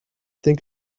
think